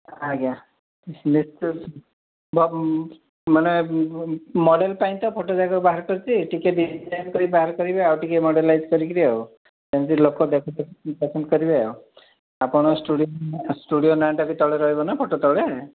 ଆଜ୍ଞା ନିଶ୍ଚୟ ମାନେ ମଡ଼େଲ୍ ପାଇଁ ତ ଫଟୋଯାକା ବାହାର କରିଛି ଟିକିଏ ଡିଜାଇନ୍ କରି ବାହାର କରିବେ ଆଉ ଟିକିଏ ମଡ଼େଲାଇଜ୍ କରିକିରି ଆଉ ଯେମିତି ଲୋକ ଦେଖୁ ଦେଖୁ ପସନ୍ଦ କରିବେ ଆଉ ଆପଣ ଷ୍ଟୁଡ଼ିଓ ଷ୍ଟୁଡ଼ିଓ ନାଁଟା ବି ତଳେ ରହିବ ନା ଫଟୋ ତଳେ